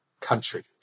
country